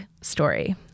story